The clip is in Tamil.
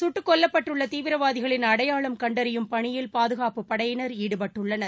சுட்டுக்கொல்லப்பட்டுள்ள தீவிரவாதிகளின் அடையாளம் கண்டறியும் பணியில் பாதுகாப்புப் படையினர் ஈடுபட்டுள்ளனர்